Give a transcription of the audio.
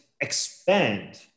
expand